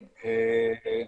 א.